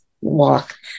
walk